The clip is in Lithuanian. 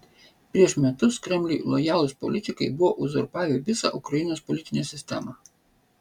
prieš metus kremliui lojalūs politikai buvo uzurpavę visą ukrainos politinę sistemą